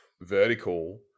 vertical